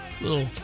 Little